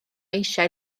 eisiau